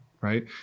right